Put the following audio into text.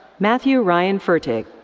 matthew ryan fertig.